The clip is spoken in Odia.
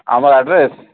ଆମର ଆଡ୍ରେସ୍